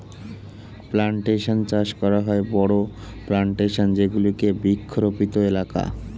plantation চাষ করা হয় বড়ো প্লানটেশন এ যেগুলি বৃক্ষরোপিত এলাকা